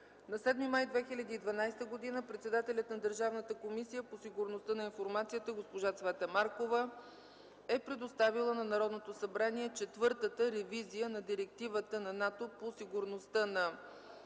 На 7 май 2012 г. председателят на Държавната комисия по сигурността на информацията госпожа Цвета Маркова е предоставила на Народното събрание „Четвъртата ревизия на Директивата на НАТО по сигурността на